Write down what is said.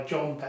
John